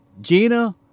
Gina